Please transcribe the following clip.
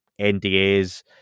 ndas